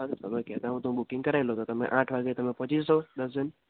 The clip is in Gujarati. ચાલો તમે કહેતા હો તો બૂકિંગ કરાવી લઉં તો તમે આઠ વાગ્યે તમે પહોંચી જશો દસ જણ